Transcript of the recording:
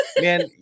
man